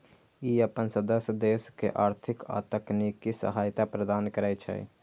ई अपन सदस्य देश के आर्थिक आ तकनीकी सहायता प्रदान करै छै